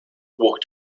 walked